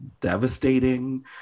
devastating